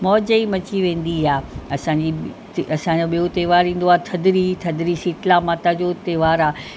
मौज ई मची वेंदी आहे असांजी जेका असांजो ॿियो त्योहार ईंदो आहे थधिड़ी थधिड़ी शीतला माता जो त्योहार आहे